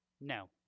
No